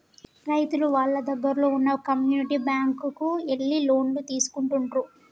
రైతులు వాళ్ళ దగ్గరల్లో వున్న కమ్యూనిటీ బ్యాంక్ కు ఎళ్లి లోన్లు తీసుకుంటుండ్రు